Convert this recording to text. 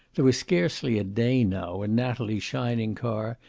there was scarcely a day now when natalie's shining car,